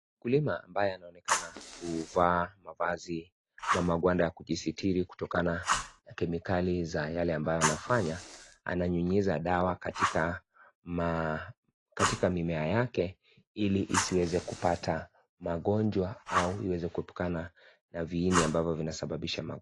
Mkulima ambaye anaonekana kuvaa mavazi ama magwanda ya kujisitiri kutokana na kemikali za yale ambayo anafanya. Ananyunyiza dawa katika maa, katika mimea yake, ili isiweze kupata magonjwa au iweze kuebukana na viini ambazo zinasababisha mago..,